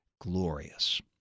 glorious